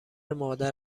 مادر